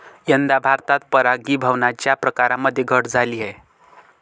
यंदा भारतात परागीभवनाच्या प्रकारांमध्ये घट झाली आहे